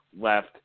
left